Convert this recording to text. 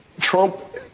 Trump